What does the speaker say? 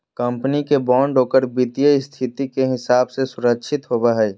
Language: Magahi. कंपनी के बॉन्ड ओकर वित्तीय स्थिति के हिसाब से सुरक्षित होवो हइ